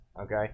Okay